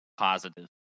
Positive